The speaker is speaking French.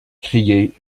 criait